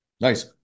Nice